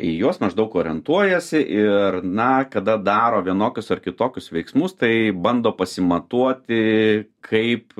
į juos maždaug orientuojasi ir na kada daro vienokius ar kitokius veiksmus tai bando pasimatuoti kaip